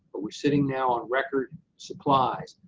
but we're sitting now on record supplies.